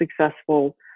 successful